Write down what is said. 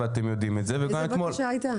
ואתם יודעים את זה -- איזו בקשה הייתה?